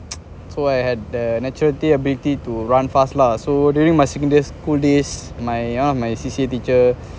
so I had the nature natural the ability to run fast lah so during my secondary school days my uh my C_C_A teacher